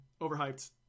overhyped